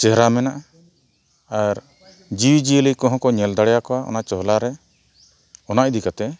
ᱪᱮᱦᱨᱟ ᱢᱮᱱᱟᱜᱼᱟ ᱟᱨ ᱡᱤᱣᱤ ᱡᱤᱭᱟᱹᱞᱤ ᱠᱚᱦᱚᱸ ᱠᱚ ᱧᱮᱞ ᱫᱟᱲᱮ ᱟᱠᱚᱣᱟ ᱚᱱᱟ ᱪᱚᱦᱞᱟᱨᱮ ᱚᱱᱟ ᱤᱫᱤ ᱠᱟᱛᱮᱫ